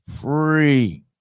free